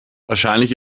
wahrscheinlich